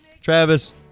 Travis